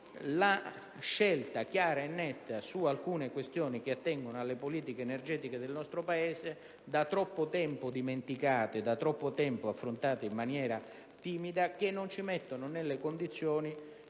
la scelta chiara e netta su alcune questioni che attengono alle politiche energetiche del nostro Paese, da troppo tempo dimenticate e affrontate timidamente, sicché non siamo messi nelle condizioni